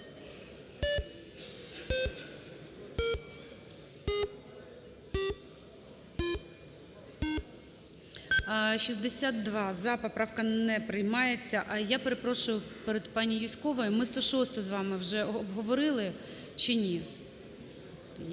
За-62 Поправка не приймається. Я перепрошую перед пані Юзьковою, ми 106-у з вами вже обговорили чи ні?